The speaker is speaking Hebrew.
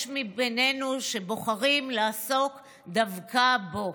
יש בינינו שבוחרים לעסוק דווקא בו.